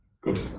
Good